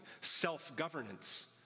self-governance